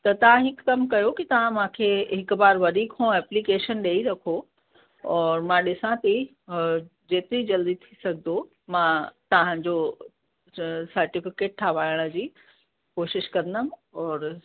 त तव्हां हिक कम कयो की तव्हां मूंखे हिक बार वरी खां एप्लीकेशन ॾई रखो और मां ॾिसां ती जेतिरी जल्दी थी सघंदो मां तव्हांजो सर्टिफ़िकेट ठहायण जी कोशिश कंदम और